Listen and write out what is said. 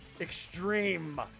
extreme